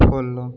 follow